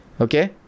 Okay